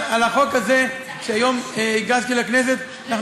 על החוק הזה שהיום הגשתי לכנסת אנחנו